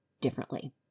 differently